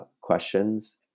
questions